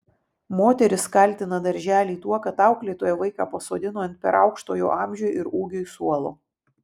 moteris kaltina darželį tuo kad auklėtoja vaiką pasodino ant per aukšto jo amžiui ir ūgiui suolo